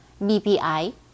BPI